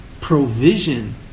provision